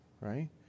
right